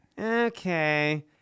okay